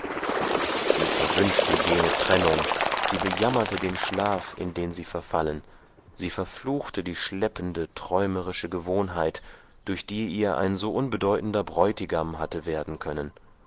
sie verwünschte jene trennung sie bejammerte den schlaf in den sie verfallen sie verfluchte die schleppende träumerische gewohnheit durch die ihr ein so unbedeutender bräutigam hatte werden können